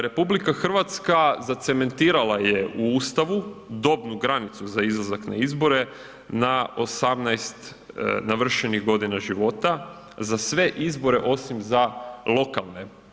RH zacementirala je u Ustavu dobnu granicu za izlazak na izbore na 18 navršenih godina života, za sve izbore osim za lokalne.